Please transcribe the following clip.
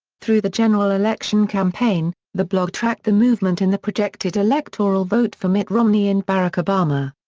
through the general election campaign, the blog tracked the movement in the projected electoral vote for mitt romney and barack obama.